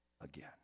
again